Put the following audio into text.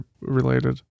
related